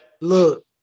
Look